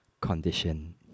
condition